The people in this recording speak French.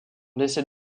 laissés